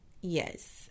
yes